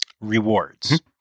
rewards